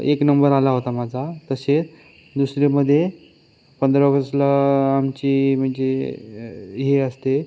एक नंबर आला होता माझा तसेच दुसरीमध्ये पंधरा ऑगस्टला आमची म्हणजे हे असते